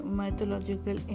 mythological